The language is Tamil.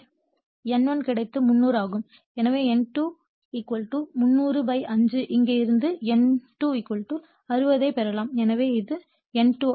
எனவே N1 கிடைத்தது 300 ஆகும் எனவே N2 3005 இங்கே இருந்து N2 60 ஐப் பெறலாம்